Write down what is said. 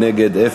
נגד,